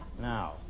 Now